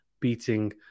beating